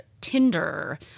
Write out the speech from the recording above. Tinder